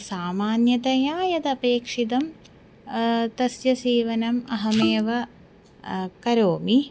सामान्यतया यदपेक्षितं तस्य सीवनम् अहमेव करोमि